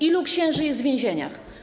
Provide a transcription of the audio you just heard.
Ilu księży jest w więzieniach?